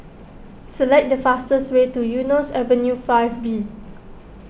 select the fastest way to Eunos Avenue five B